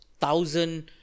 thousand